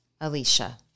Alicia